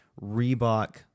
Reebok